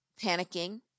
panicking